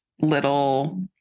little